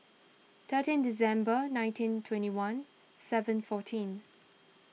thirteen December nineteen twenty one seven fourteen